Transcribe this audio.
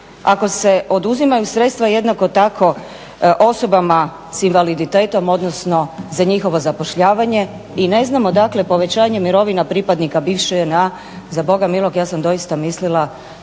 Ako se oduzimaju sredstva jednako tako osobama s invaliditetom odnosno za njihovo zapošljavanje i ne znam odakle povećanje mirovina pripadnika bivše JNA. Za Boga milog ja sam doista mislila